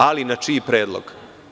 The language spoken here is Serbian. Ali, na čiji predlog?